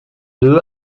deux